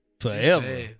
forever